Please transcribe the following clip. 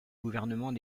gouvernements